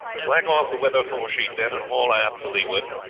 slack off the weather foresheet, then, and haul aft the leeward.